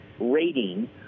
rating